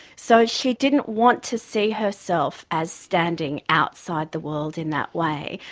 so she didn't want to see herself as standing outside the world in that way.